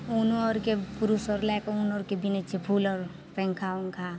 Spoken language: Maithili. उनो आओरके क्रूस आओर लैके उन आओरके बिनै छिए फूलके पन्खा उन्खा